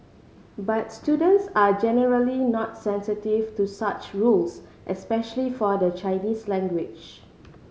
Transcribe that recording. but students are generally not sensitive to such rules especially for the Chinese language